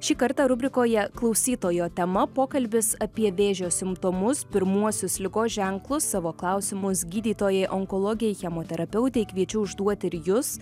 šį kartą rubrikoje klausytojo tema pokalbis apie vėžio simptomus pirmuosius ligos ženklus savo klausimus gydytojai onkologei chemoterapeutei kviečiu užduoti ir jus